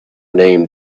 named